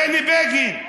בני בגין,